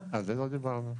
על זה לא דיברנו.